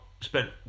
spent